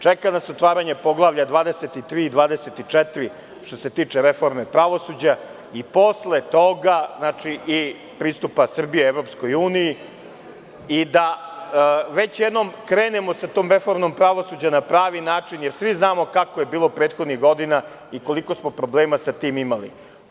Čeka nas otvaranje poglavlja 2324 što se tiče reforme pravosuđa i posle toga pristup Srbije EU i da već jednom krenemo sa tom reformom pravosuđa na pravi način, jer svi znamo kako je bilo prethodnih godina i koliko smo problema sa tim imali.